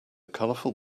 colorful